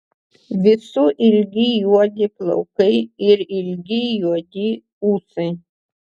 visų ilgi juodi plaukai ir ilgi juodi ūsai